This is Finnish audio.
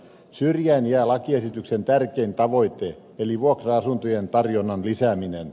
syrjään jää lakiesityksen tärkein tavoite eli vuokra asuntojen tarjonnan lisääminen